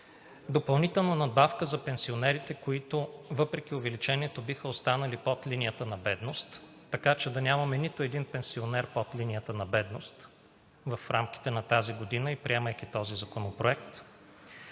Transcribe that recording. допълнителна надбавка за пенсионерите, които въпреки увеличението биха останали под линията на бедност, така че да нямаме нито един пенсионер под линията на бедност в рамките на тази година и приемайки този законопроект,